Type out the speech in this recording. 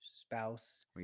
spouse